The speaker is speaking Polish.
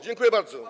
Dziękuję bardzo.